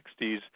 1960s